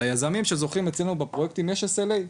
ליזמים שזוכים אצלינו בפרויקטים יש s.l.a,